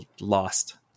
lost